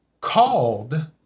called